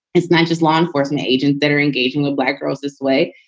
it's not just law enforcement agents that are engaging the black girls this way.